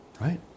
Right